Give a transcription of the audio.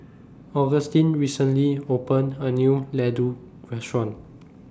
Augustin recently opened A New Laddu Restaurant